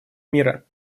мира